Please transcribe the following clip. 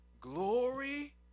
glory